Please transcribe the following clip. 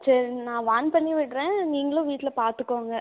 சரிங்க நான் வார்ன் பண்ணி விடுறேன் நீங்களும் வீட்டில் பார்த்துக்கோங்க